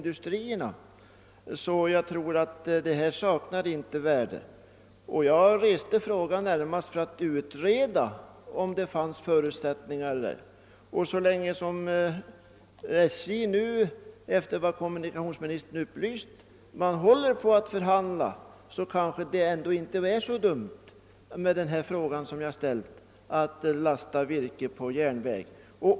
Därför tror jag inte att dessa transporter saknar värde. Jag ställde frågan närmast för att få utrett om det fanns några förutsättningar därvidlag, och kommunikationsministern har ju här upplyst om att SJ håller på att förhandla om den saken. Då kanske det ändå inte var så dumt att jag tog upp möjligheten att lasta virke på järnväg.